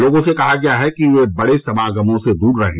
लोगों से कहा गया है कि वे बड़े समागमों से दूर रहें